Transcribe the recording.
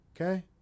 Okay